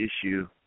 issue